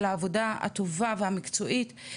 על העבודה הטובה והמקצועית,